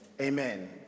Amen